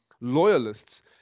loyalists